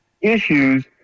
issues